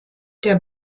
der